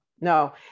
no